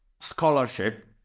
scholarship